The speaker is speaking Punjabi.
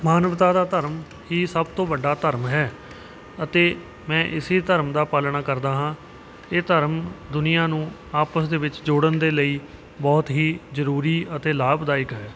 ਮਾਨਵਤਾ ਦਾ ਧਰਮ ਹੀ ਸਭ ਤੋਂ ਵੱਡਾ ਧਰਮ ਹੈ ਅਤੇ ਮੈਂ ਇਸੇ ਧਰਮ ਦਾ ਪਾਲਣਾ ਕਰਦਾ ਹਾਂ ਇਹ ਧਰਮ ਦੁਨੀਆ ਨੂੰ ਆਪਸ ਦੇ ਵਿੱਚ ਜੋੜਨ ਦੇ ਲਈ ਬਹੁਤ ਹੀ ਜ਼ਰੂਰੀ ਅਤੇ ਲਾਭਦਾਇਕ ਹੈ